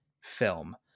film